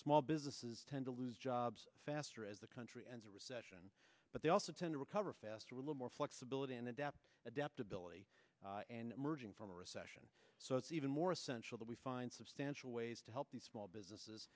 small businesses tend to lose jobs faster as a country and a recession but they also tend to recover faster a little more flexibility and adapt adaptability and emerging from a recession so it's even more essential that we find substantial ways to help these small businesses